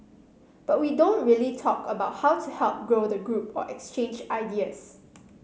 but we don't really talk about how to help grow the group or exchange ideas